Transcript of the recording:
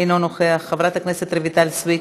אינו נוכח, חברת הכנסת רויטל סויד,